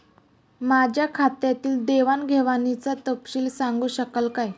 माझ्या खात्यातील देवाणघेवाणीचा तपशील सांगू शकाल काय?